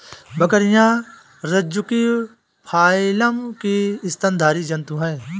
बकरियाँ रज्जुकी फाइलम की स्तनधारी जन्तु है